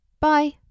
bye